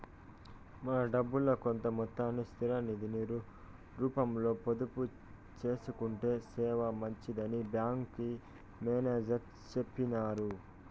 మన డబ్బుల్లో కొంత మొత్తాన్ని స్థిర నిది రూపంలో పొదుపు సేసుకొంటే సేనా మంచిదని బ్యాంకి మేనేజర్ సెప్పినారు